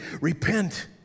Repent